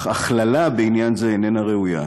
אך הכללה בעניין זה איננה ראויה.